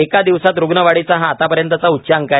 एका दिवसात रुग्णवाढीचा हा आतापर्यंतचा उच्चांक आहे